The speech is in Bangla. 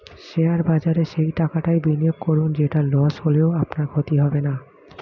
শেয়ার বাজারে সেই টাকাটা বিনিয়োগ করুন যেটা লস হলেও আপনার ক্ষতি হবে না